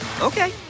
Okay